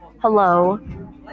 Hello